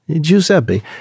Giuseppe